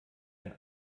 ein